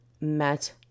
met